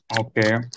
Okay